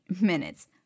minutes